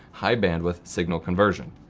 high bandwidth signal conversion.